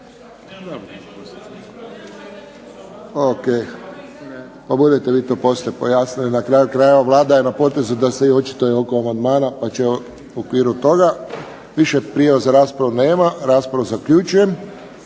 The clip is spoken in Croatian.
Ok, budete vi to poslije pojasnili. Na kraju krajeva, Vlada je na potezu da se očituje oko amandmana pa će u okviru toga. Više prijava za raspravu nema. Raspravu zaključujem.